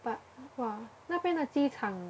but !wah! 那边的机场